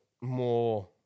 more